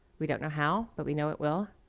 we don't know how, but we know it will.